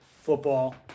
football